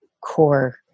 core